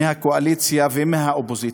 מהקואליציה ומהאופוזיציה,